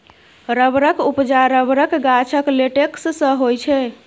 रबरक उपजा रबरक गाछक लेटेक्स सँ होइ छै